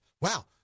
Wow